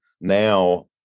now